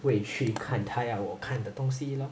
会去看他要我看的东西 lor